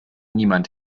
niemand